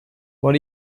what